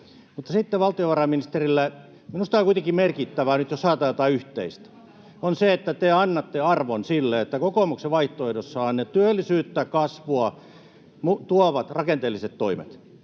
Sitten valtiovarainministerille: Minusta on kuitenkin merkittävää nyt, jos haetaan jotain yhteistä, että te annatte arvon sille, että kokoomuksen vaihtoehdossa on työllisyyttä ja kasvua tuovat rakenteelliset toimet.